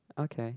okay